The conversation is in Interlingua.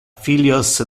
filios